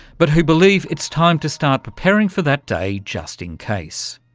but who believe it's time to start preparing for that day, just in case.